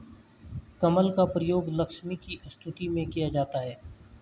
कमल का प्रयोग लक्ष्मी की स्तुति में किया जाता है